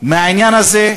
מהעניין הזה,